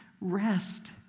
rest